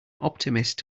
optimist